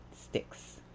sticks